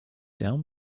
down